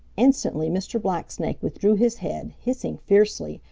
instantly mr. blacksnake withdrew his head, hissing fiercely,